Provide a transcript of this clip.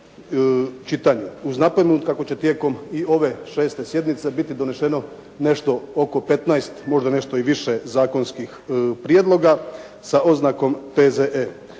uz napomenu kako će tijekom i ove 6. sjednice biti doneseno nešto oko 15, možda nešto i više zakonskih prijedloga za oznakom P.Z.E.